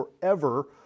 forever